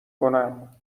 کنم